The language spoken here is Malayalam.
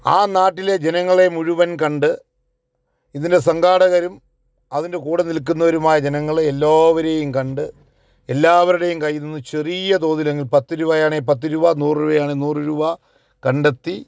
ആ നാട്ടിലെ ജനങ്ങളെ മുഴുവൻ കണ്ട് ഇതിൻ്റെ സംഘാടകരും അതിൻ്റെ കൂടെ നിൽക്കുന്നവരുമായ ജനങ്ങളെ എല്ലാവരെയും കണ്ട് എല്ലാവരുടെയും കയ്യിൽ നിന്ന് ചെറിയ തോതിലെങ്കിലും പത്തു രൂപയാണെ പത്ത് രൂപ നൂറുരൂപയാണെ നൂറ് രൂപ കണ്ടെത്തി